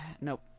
Nope